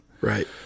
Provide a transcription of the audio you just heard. Right